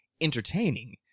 entertaining